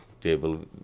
table